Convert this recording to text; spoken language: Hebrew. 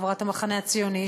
חברת המחנה הציוני,